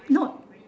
no